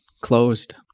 Closed